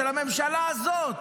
של הממשלה הזאת,